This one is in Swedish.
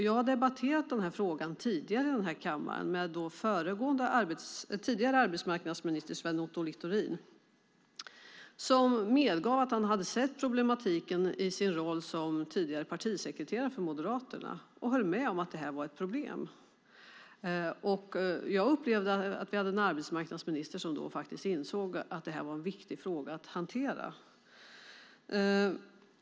Jag har debatterat frågan här i kammaren med den tidigare arbetsmarknadsministern Sven Otto Littorin. Han medgav att han hade sett problematiken i sin roll som tidigare partisekreterare för Moderaterna, och han höll med om att det här var ett problem. Jag upplevde att vi hade en arbetsmarknadsminister som då insåg att detta var en viktig fråga att hantera.